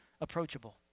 approachable